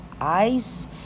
Ice